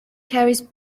carries